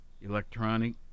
electronic